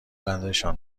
آیندهشان